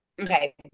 okay